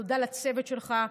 תודה לצוות שלך,